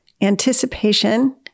anticipation